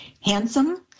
handsome